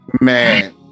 Man